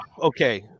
Okay